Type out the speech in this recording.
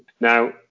now